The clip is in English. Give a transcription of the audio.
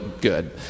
good